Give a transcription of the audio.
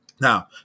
Now